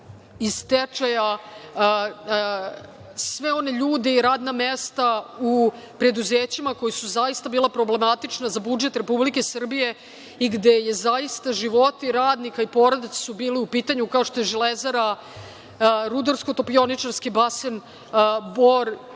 iz stečaja sve one ljude i radna mesta u preduzećima koja su zaista bila problematična za budžet Republike Srbije i gde su životi radnika i porodica bili u pitanju, kao što je „Železara“, RTB Bor i PKB i mnoga